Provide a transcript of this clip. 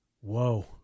Whoa